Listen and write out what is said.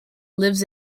lives